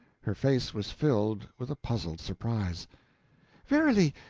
her face was filled with a puzzled surprise verily,